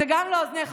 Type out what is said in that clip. זה גם לאוזניך,